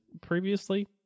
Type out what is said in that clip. previously